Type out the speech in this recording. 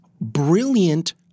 brilliant